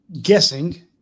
guessing